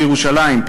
בירושלים,